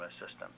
system